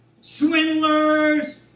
swindlers